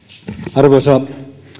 arvoisa